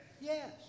Yes